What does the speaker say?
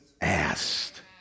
asked